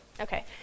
Okay